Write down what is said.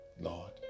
lord